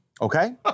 Okay